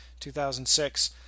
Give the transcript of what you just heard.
2006